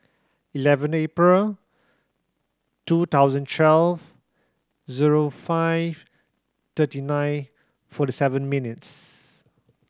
eleven April two thousand twelve zero five thirty nine forty seven minutes